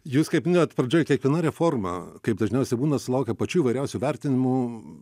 jūs kaip minėjot pradžioj kiekviena reforma kaip dažniausiai būna sulaukia pačių įvairiausių vertinimų